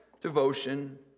devotion